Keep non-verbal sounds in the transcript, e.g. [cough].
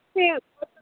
[unintelligible]